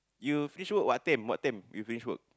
you finish work what time what time you finish work